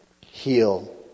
heal